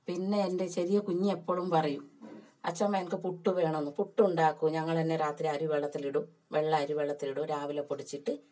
പിന്നെ എൻ്റെ ചെറിയ കുഞ്ഞി എപ്പോഴും പറയും അച്ചമ്മെ എനിക്ക് പുട്ടു വേണം എന്ന് പുട്ട് ഉണ്ടാക്കും ഞങ്ങൾ തന്നെ അരി വെള്ളത്തിലിടും വെള്ള അരി വെള്ളത്തിലിടും രാവിലെ പൊടിച്ചിട്ട്